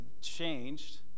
changed